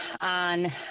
on